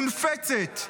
מונפצת,